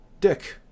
Dick